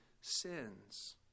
sins